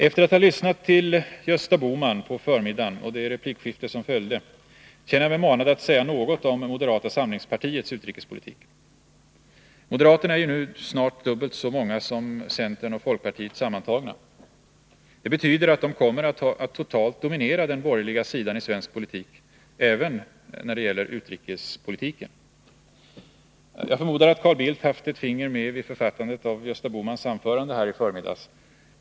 Efter att ha lyssnat till Gösta Bohman på förmiddagen och det replikskifte som följde känner jag mig manad att säga något om moderata samlingspartiets utrikespolitik. Moderaterna är ju snart dubbelt så många som centerpartisterna och folkpartisterna sammantagna. Det betyder att de kommer att totalt dominera den borgerliga sidan i svensk politik även när det gäller utrikespolitiken. Jag förmodar att Carl Bildt hade haft ett finger med vid författandet av Gösta Bohmans anförande i förmiddags.